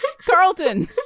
Carlton